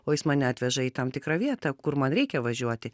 o jis mane atveža į tam tikrą vietą kur man reikia važiuoti